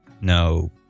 no